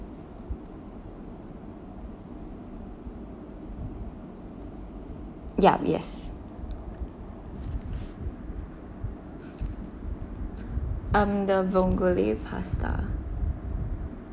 yup yes um the vongole pasta